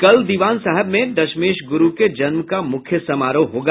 कल दिवान साहेब में दशमेश गुरू के जन्म का मुख्य समारोह होगा